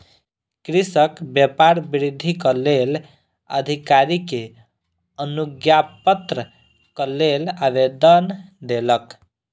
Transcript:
कृषक व्यापार वृद्धिक लेल अधिकारी के अनुज्ञापत्रक लेल आवेदन देलक